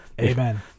Amen